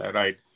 right